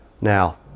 Now